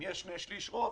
אם יש שני שליש רוב,